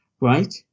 right